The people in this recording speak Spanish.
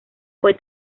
fue